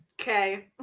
Okay